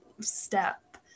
step